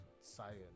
science